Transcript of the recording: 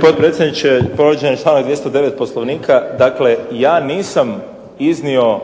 potpredsjedniče, povrijeđen je članak 209. Poslovnika. Dakle, ja nisam iznio